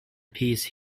piece